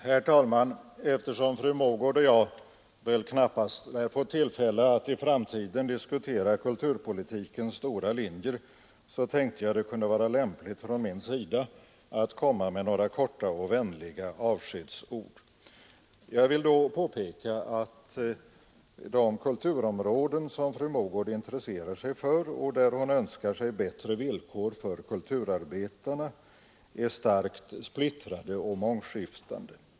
Herr talman! Eftersom fru Mogård och jag väl knappast får tillfälle att i framtiden diskutera kulturpolitikens stora linjer, så tänkte jag det kunde vara lämpligt från min sida att komma med några korta och vänliga avskedsord. Jag vill då påpeka att de kulturområden som fru Mogård intresserar sig för och där hon önskar sig bättre villkor för kulturarbetarna är starkt splittrade och mångskiftande.